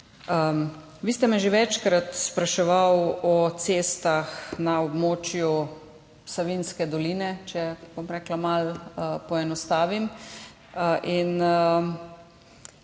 Vi ste me že večkrat spraševali o cestah na območju Savinjske doline, bom rekla, če malo poenostavim.